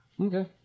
Okay